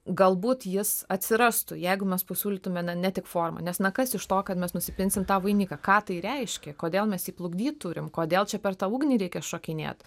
galbūt jis atsirastų jeigu mes pasiūlytume ne tik formą nes na kas iš to kad mes nusipinsim tą vainiką ką tai reiškia kodėl mes jį plukdyt turim kodėl čia per tą ugnį reikia šokinėt